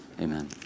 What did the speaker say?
amen